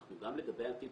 אנחנו חושבים גם לגבי העתיד